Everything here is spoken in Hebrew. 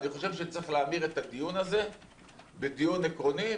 אני חושב שצריך להעביר את הדיון הזה בדיון עקרוני,